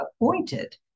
appointed